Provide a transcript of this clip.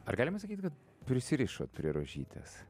ar galima sakyti kad prisirišot prie rožytės